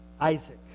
Isaac